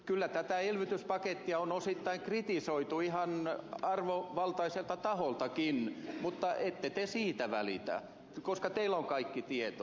kyllä tätä elvytyspakettia on osittain kritisoitu ihan arvovaltaiselta taholtakin mutta ette te siitä välitä koska teillä on kaikki tieto